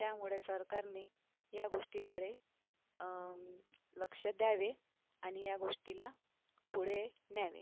त्यामुळे सरकारने या गोष्टीकडे लक्ष द्यावे आणि या गोष्टीला पुढे न्यावे